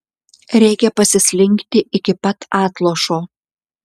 reikia pasislinkti iki pat atlošo